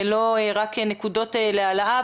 ולא רק נקודות להעלאה,